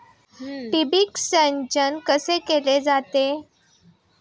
ठिबक सिंचन कसे केले जाते?